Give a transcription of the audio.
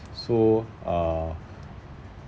so uh